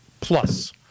plus